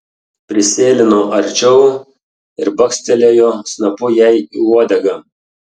prisėlino arčiau ir bakstelėjo snapu jai į uodegą